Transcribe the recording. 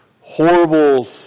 horrible